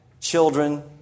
children